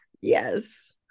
Yes